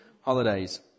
holidays